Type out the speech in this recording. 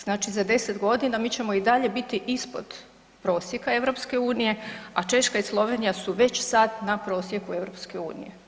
Znači za 10.g. mi ćemo i dalje biti ispod prosjeka EU, a Češka i Slovenija su već sad na prosjeku EU.